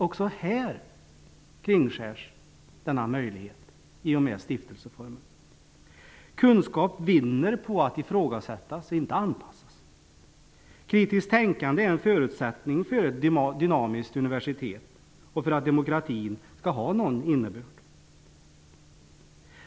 Också här kringskärs möjligheterna i och med stiftelseformen. Kunskap vinner på att ifrågasättas, inte anpassas. Kritiskt tänkande är en förutsättning för ett dynamiskt universitet och för att demokratin skall ha någon innebörd.